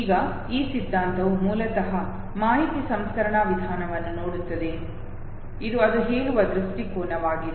ಈಗ ಈ ಸಿದ್ಧಾಂತವು ಮೂಲತಃ ಮಾಹಿತಿ ಸಂಸ್ಕರಣಾ ವಿಧಾನವನ್ನು ನೋಡುತ್ತದೆ ಇದು ಅದು ಹೇಳುವ ದೃಷ್ಟಿಕೋನವಾಗಿದೆ